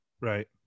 Right